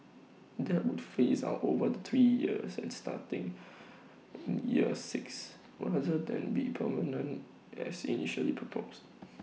that would phase out over three years and starting in year six rather than be permanent as initially proposed